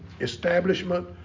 establishment